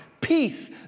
Peace